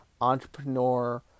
entrepreneur